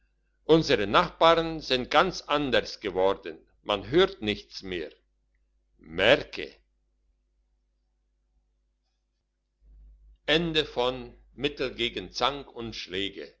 unsere nachbarn sind ganz anders geworden man hört nichts mehr merke